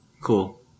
Cool